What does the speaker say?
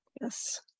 Yes